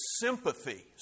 sympathy